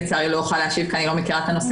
לצערי אני לא אוכל להשיב כי אני לא מכירה את הנושא.